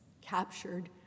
captured